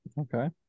Okay